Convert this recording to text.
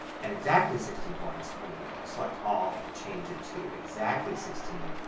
and exactly sixteen points, let me select all and change it to exactly sixteen,